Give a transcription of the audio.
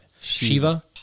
Shiva